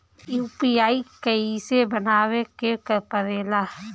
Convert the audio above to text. UPI कइसे बनावे के परेला?